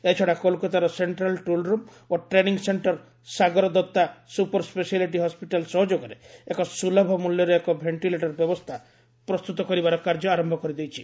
ଏହାଛଡ଼ା କୋଲ୍କାତାର central tool room ଓ training centre Sagar Dutta super speciality hospital ସହଯୋଗରେ ଏକ ସୁଲଭମୂଲ୍ୟରେ ଏକ ଭେଷ୍ଟିଲେଟର୍ ବ୍ୟବସ୍ଥା ପ୍ରସ୍ତୁତ କରିବାର କାର୍ଯ୍ୟ ଆରମ୍ଭ କରିଦେଇଛି